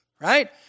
right